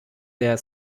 their